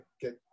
get